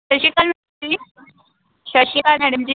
ਸਤਿ ਸ਼੍ਰੀ ਅਕਾਲ ਮੈਡਮ ਜੀ